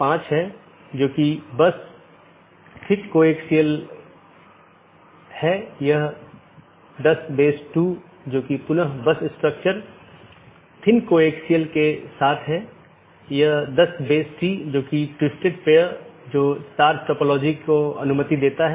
मुख्य रूप से दो BGP साथियों के बीच एक TCP सत्र स्थापित होने के बाद प्रत्येक राउटर पड़ोसी को एक open मेसेज भेजता है जोकि BGP कनेक्शन खोलता है और पुष्टि करता है जैसा कि हमने पहले उल्लेख किया था कि यह कनेक्शन स्थापित करता है